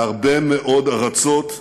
מהרבה מאוד ארצות,